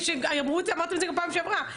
כפי שאמרת גם בפעם שעברה,